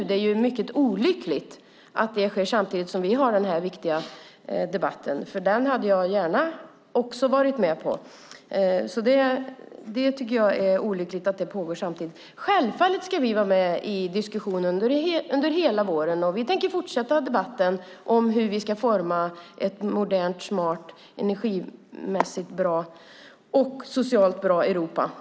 Det är ju mycket olyckligt att det sker samtidigt som vi har den här viktiga debatten, för den diskussionen hade jag gärna också varit med i. Självfallet ska vi vara med i diskussionen under hela våren. Vi tänker fortsätta debatten om hur vi ska forma ett modernt, smart, energimässigt bra och socialt bra Europa.